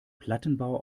plattenbau